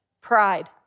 pride